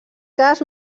cas